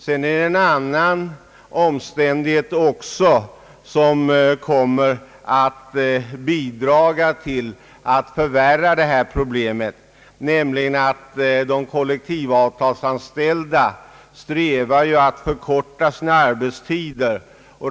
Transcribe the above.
Vidare är det en annan omständighet som kommer att bidra till att förvärra detta problem, nämligen att de kollektivavtalsanställda strävar till att förkorta sina arbetstider.